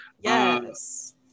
Yes